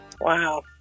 Wow